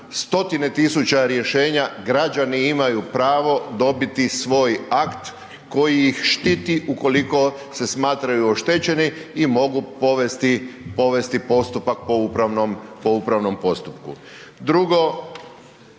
stotine tisuća rješenja, građani imaju pravo dobiti svoj akt koji ih štiti ukoliko se smatraju oštećeni i mogu povesti postupak po upravnom postupku. Drugo,